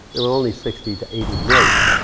there are only sixty to eighty million.